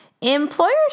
Employers